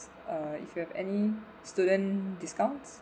uh if you have any student discounts